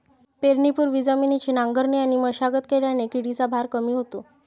पेरणीपूर्वी जमिनीची नांगरणी आणि मशागत केल्याने किडीचा भार कमी होतो